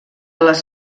les